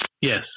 Yes